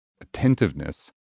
attentiveness